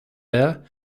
air